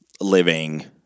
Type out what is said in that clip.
living